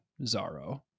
Zaro